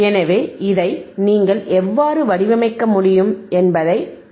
எனவே இதை நீங்கள் எவ்வாறு வடிவமைக்க முடியும் என்பதை திரையில் பார்ப்போம்